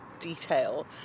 detail